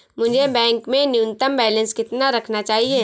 मुझे बैंक में न्यूनतम बैलेंस कितना रखना चाहिए?